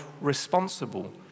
responsible